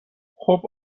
خوب